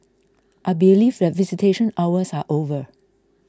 I believe that visitation hours are over